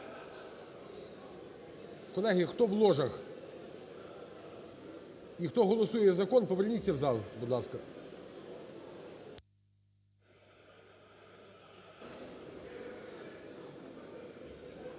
Колеги, хто в ложах і хто голосує закон, поверніться в зал, будь ласка.